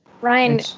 Ryan